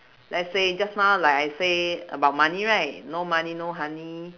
let's say just now like I say about money right no money no honey